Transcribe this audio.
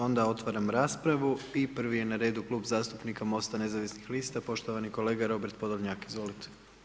Onda otvaram raspravu i prvi je na redu Klub zastupnika MOST-a nezavisnih lista i poštovani kolega Robert Podolnjak, izvolite.